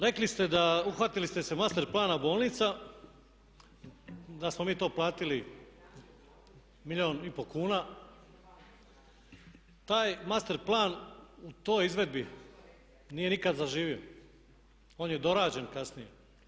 Rekli ste da, uhvatili ste se master plana bolnica, da smo mi to platili milijun i pol kuna, taj master plan u toj izvedbi nije nikada zaživio, on je dorađen kasnije.